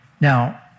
Now